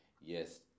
Yes